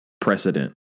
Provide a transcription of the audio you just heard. precedent